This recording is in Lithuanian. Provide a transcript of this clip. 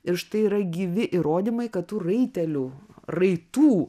ir štai yra gyvi įrodymai kad tų raitelių raitų